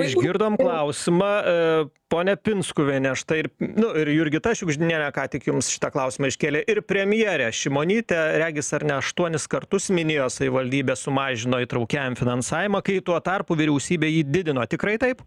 išgirdom klausimą ponia pinskuviene štai ir nu ir jurgita šiugždinienė ką tik jums šitą klausimą iškėlė ir premjerė šimonytė regis ar ne aštuonis kartus minėjo savivaldybė sumažino įtraukiajam finansavimą kai tuo tarpu vyriausybė jį didino tikrai taip